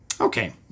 Okay